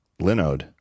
Linode